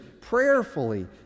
prayerfully